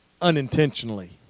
unintentionally